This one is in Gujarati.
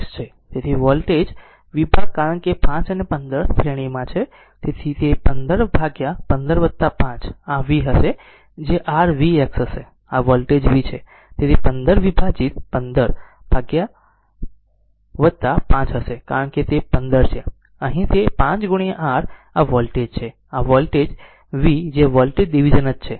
તેથી વોલ્ટેજ વિભાગ કારણ કે 5 અને 15 શ્રેણીમાં છે તેથી તે 1515 5 આ v હશે જેr vx હશે આ વોલ્ટેજ v છે તેથી તે 15 વિભાજિત 15 5 હશે કારણ કે તે 15 છે અહીં તે 5 r આ વોલ્ટેજ છે આ વોલ્ટેજ v જે વોલ્ટેજ ડિવિઝન જ છે